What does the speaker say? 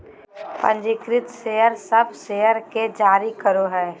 पंजीकृत शेयर सब शेयर के जारी करो हइ